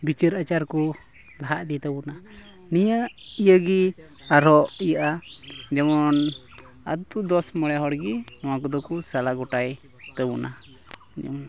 ᱵᱤᱪᱟᱹᱨ ᱟᱪᱟᱨ ᱠᱚ ᱞᱟᱦᱟ ᱤᱫᱤᱭ ᱛᱟᱵᱚᱱᱟ ᱱᱤᱭᱟᱹ ᱤᱭᱟᱹ ᱜᱮ ᱟᱨᱦᱚᱸ ᱤᱭᱟᱹᱜᱼᱟ ᱡᱮᱢᱚᱱ ᱟᱹᱛᱩ ᱫᱚᱥ ᱢᱚᱬᱮ ᱦᱚᱲ ᱜᱮ ᱱᱚᱣᱟ ᱠᱚᱫᱚ ᱠᱚ ᱥᱟᱞᱟ ᱜᱚᱴᱟᱭᱮᱫ ᱛᱟᱵᱚᱱᱟ